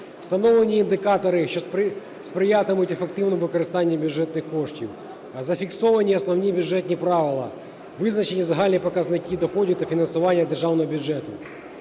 встановлені індикатори, що сприятимуть ефективному використанню бюджетних коштів, зафіксовані основні бюджетні правила, визначені загальні показники доходів та фінансування державного бюджету,